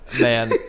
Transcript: Man